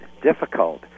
difficult